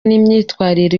n’imyitwarire